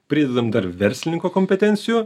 pridedam dar verslininko kompetencijų